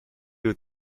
you